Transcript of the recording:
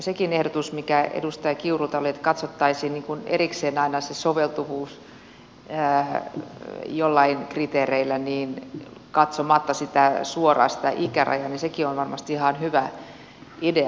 sekin ehdotus mikä edustaja kiurulta oli että katsottaisiin erikseen aina se soveltuvuus jollain kriteereillä katsomatta suoraan sitä ikärajaa on varmasti ihan hyvä idea